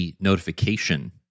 notification